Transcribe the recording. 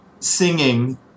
Singing